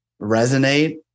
resonate